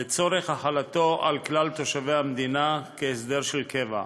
לצורך החלתו על כלל תושבי המדינה, כהסדר של קבע.